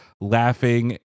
laughing